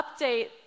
update